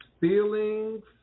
feelings